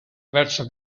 verso